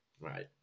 Right